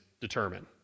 determine